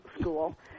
school